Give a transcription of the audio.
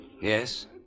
Yes